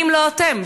מי אם לא אתם?